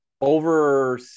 over